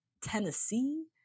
Tennessee